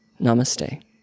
Namaste